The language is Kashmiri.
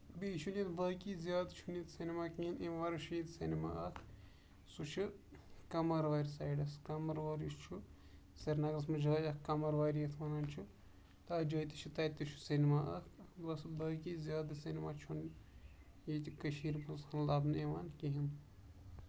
بیٚیہِ چھُ یہِ باقٕے زیادٕ چھُنہٕ ییتہِ سینما کِہینۍ اَمہِ وَرٲے چھُ ییٚتہِ سینما اکھ سُہ چھُ کَمروار سایڈس کَمروور یُس چھُ سری نگرَس منٛز اکھ جاے کَمرواری یَتھ وَنان چھِ تَتھ جایہِ تہِ چھُ تَتہِ چھُ سینما اکھ بَس باقٕے زیادٕ سینما چھُنہٕ ییٚتہِ کٔشیٖر منٛز ہُہ لَبنہٕ یِوان کِہینۍ نہٕ